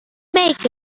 make